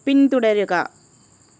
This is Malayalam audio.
പിന്തുടരുക